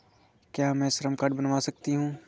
क्या मैं श्रम कार्ड बनवा सकती हूँ?